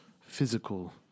physical